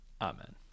Amen